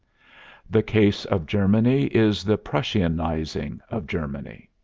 the case of germany is the prussianizing of germany.